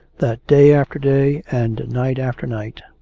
that day after day and night after night,